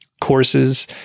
courses